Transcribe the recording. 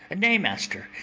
nay, master,